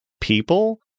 people